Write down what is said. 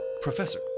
professor